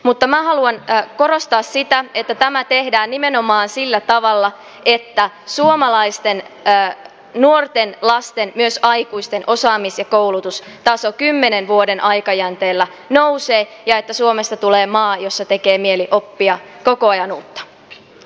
mutta minä haluan korostaa sitä että tämä tehdään nimenomaan sillä tavalla että suomalaisten nuorten lasten myös aikuisten osaamis ja koulutustaso kymmenen vuoden aikajänteellä nousee ja että suomesta tulee maa jossa tekee mieli oppia koko ajan uutta